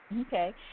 Okay